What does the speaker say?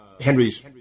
Henry's